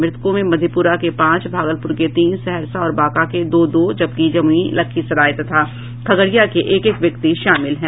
मृतकों में मधेपुरा के पांच भागलपुर के तीन सहरसा और बांका के दो दो जबकि जमुई लखीसराय तथा खगड़िया के एक एक व्यक्ति शामिल हैं